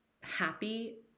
Happy